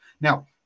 Now